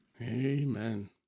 Amen